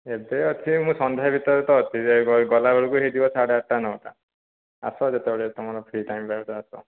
ଏବେ ଅଛି ମୁଁ ସନ୍ଧ୍ୟାଭିତରେ ତ ଅଛି ଯେ ଗଲାବେଳକୁ ହେଇଯିବ ସାଢ଼େ ଆଠଟା ନଅଟା ଆସ ଯେତେବେଳେ ତମର ଫ୍ରି ଟାଇମ ବାହାରୁଛି ଆସ